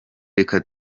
reka